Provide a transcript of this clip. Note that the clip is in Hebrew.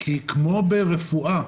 כי כמו ברפואה